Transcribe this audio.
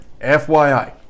FYI